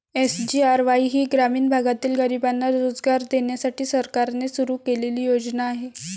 SGRY ही ग्रामीण भागातील गरिबांना रोजगार देण्यासाठी सरकारने सुरू केलेली योजना आहे